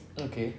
okay